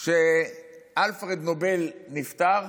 שאלפרד נובל נפטר,